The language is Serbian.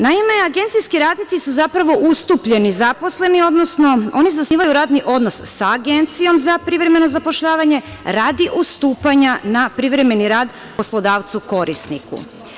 Naime, agencijski radnici su zapravo ustupljeni zaposleni, odnosno oni zasnivaju radni odnos sa agencijom za privremeno zapošljavanje radi ustupanja na privremeni rad poslodavcu korisniku.